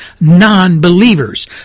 Non-believers